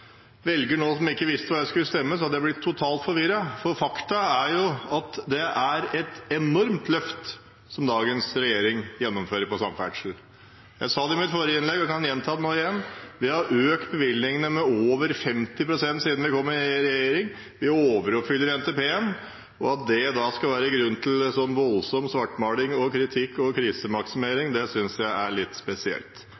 velger som ikke visste hva jeg skulle stemme, hadde jeg blitt totalt forvirret, for faktum er at det er et enormt løft dagens regjering gjennomfører på samferdsel. Jeg sa det i mitt forrige innlegg og kan gjenta det: Vi har økt bevilgningene med over 50 pst. siden vi kom i regjering, vi overoppfyller NTP. At det da skal være grunn for en så voldsom svartmaling, kritikk og